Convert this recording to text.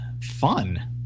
fun